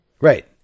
right